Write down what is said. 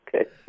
Okay